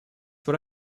what